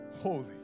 holy